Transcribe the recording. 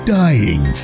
dying